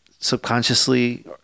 subconsciously